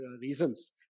reasons